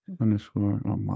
underscore